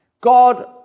God